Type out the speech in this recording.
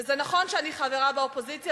וזה נכון שאני חברה באופוזיציה,